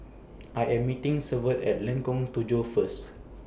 I Am meeting Severt At Lengkong Tujuh First